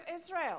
Israel